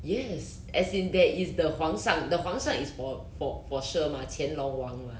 yes as in there is the 皇上 the 皇上 is for for for sure mah 乾隆王 mah